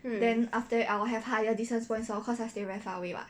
then after that I will have higher distance points lor cause I stay very far away [what]